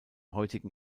heutigen